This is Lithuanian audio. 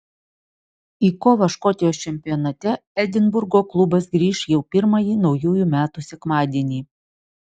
į kovą škotijos čempionate edinburgo klubas grįš jau pirmąjį naujųjų metų sekmadienį